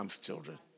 children